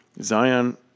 Zion